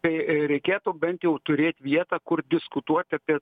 tai reikėtų bent jau turėt vietą kur diskutuot apie